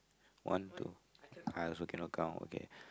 one two I also cannot count okay